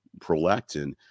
prolactin